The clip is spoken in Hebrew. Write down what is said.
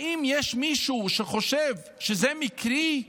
האם יש מישהו שחושב שזה מקרי?